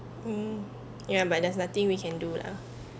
mm ya but there's nothing we can do lah